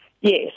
Yes